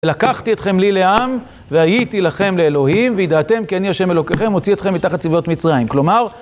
לקחתי אתכם לי לעם והייתי לכם לאלוהים וידעתם כי אני השם אלוקיכם אוציא אתכם מתחת צבאות מצרים. כלומר...